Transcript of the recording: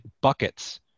buckets